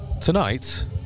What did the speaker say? tonight